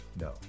no